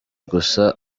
gusa